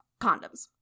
Condoms